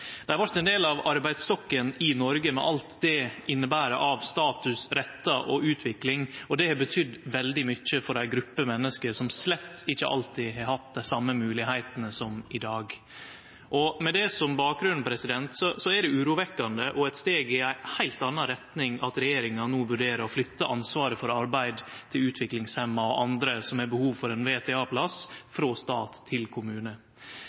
ein del av arbeidsstokken i Noreg, med alt det inneber av status, rettar og utvikling, og det har betydd veldig mykje for ei gruppe menneske som slett ikkje alltid har hatt dei same moglegheitene som i dag. Med det som bakgrunn er det urovekkjande og eit steg i ei heilt anna retning at regjeringa no vurderer å flytte ansvaret for arbeid til utviklingshemma og andre som har behov for ein VTA-plass, frå stat til kommune.